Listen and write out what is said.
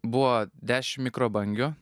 buvo dešim mikrobangių